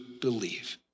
believe